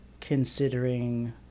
considering